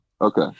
okay